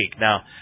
Now